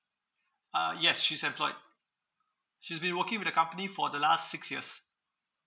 uh yes she's employed she's been working with the company for the last six years